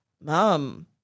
Mom